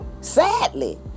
Sadly